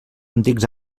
antics